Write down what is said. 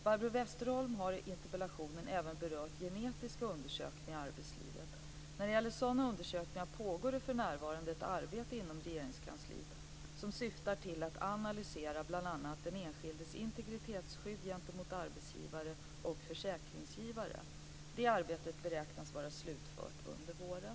Barbro Westerholm har i interpellationen även berört genetiska undersökningar i arbetslivet. När det gäller sådana undersökningar pågår det för närvarande ett arbete inom Regeringskansliet som syftar till att analysera bl.a. den enskildes integritetsskydd gentemot arbetsgivare och försäkringsgivare. Det arbetet beräknas vara slutfört under våren.